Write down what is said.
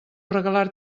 regalar